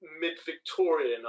mid-Victorian